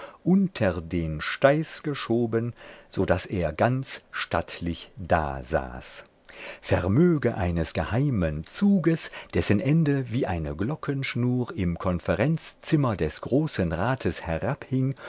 unter den steiß geschoben so daß er ganz stattlich dasaß vermöge eines geheimen zuges dessen ende wie eine glockenschnur im konferenzzimmer des großen rats herabhing